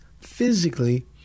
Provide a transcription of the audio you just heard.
physically